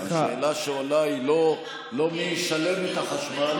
השאלה שעולה היא לא מי ישלם את החשמל.